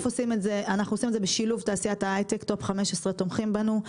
אנחנו עושים את זה בשילוב תעשיית ההייטק ו-15TOP תומכים בנו.